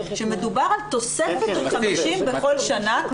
שמדובר על תוספת של 50 בכל שנה,